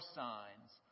signs